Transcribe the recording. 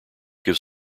give